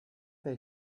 they